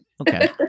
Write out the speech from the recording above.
Okay